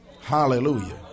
Hallelujah